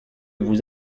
vous